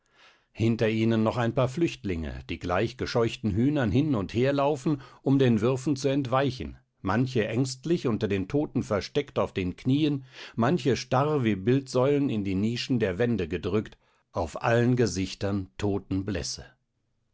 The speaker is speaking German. hinter ihnen noch ein paar flüchtlinge die gleich gescheuchten hühnern hin und her laufen um den würfen zu entweichen manche ängstlich unter den toten versteckt auf den knieen manche starr wie bildsäulen in die nischen der wände gedrückt auf allen gesichtern